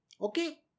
Okay